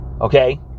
Okay